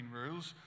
rules